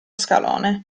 scalone